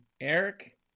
Eric